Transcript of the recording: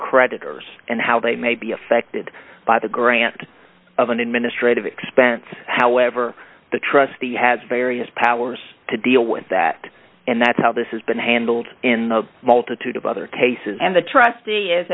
creditors and how they may be affected by the granting of an administrative expense however the trustee has various powers to deal with that and that's how this has been handled in the multitude of other cases and the trustee is